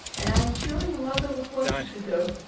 and i'm sure your mother would want you to go.